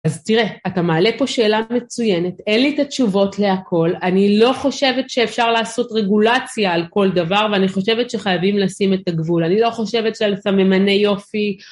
אז תראה, אתה מעלה פה שאלה מצוינת, אין לי את התשובות להכל, אני לא חושבת שאפשר לעשות רגולציה על כל דבר, ואני חושבת שחייבים לשים את הגבול, אני לא חושבת שעל ססמני יופי.